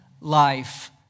life